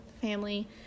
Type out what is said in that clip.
family